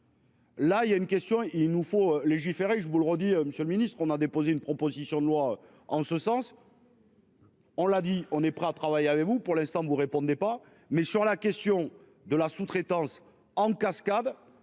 Là il y a une question, il nous faut légiférer, je vous le redis, Monsieur le ministre, on a déposé une proposition de loi en ce sens. On l'a dit, on est prêt à travailler avec vous pour l'instant vous répondez pas mais sur la question de la sous-traitance en cascade.